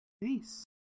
Nice